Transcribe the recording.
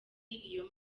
iyo